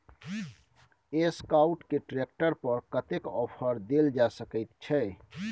Escort के tractor पर कतेक ऑफर दैल जा सकेत छै?